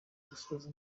gusoza